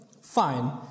Fine